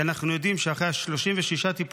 כי אנחנו יודעים שאחרי 36 הטיפולים,